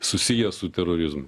susijęs su terorizmu